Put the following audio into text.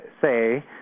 say